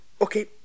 Okay